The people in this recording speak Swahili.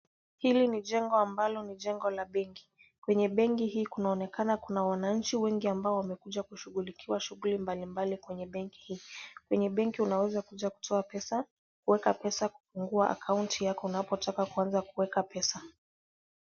Hili ni jengo ambalo ni jengo la benki. Kwenye benki hii kunaonekana kuna wananchi wengi ambao wamekuja kushughulikiwa shughuli mbalimbali kwenye benki hii. Kwenye benki unaweza kuja kutoa pesa, kuweka pesa, kufungua account yako unapotaka kuanza kuweka pesa.